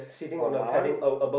oh my one